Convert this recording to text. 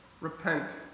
repent